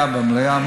אין לי בעיה במליאה.